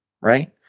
Right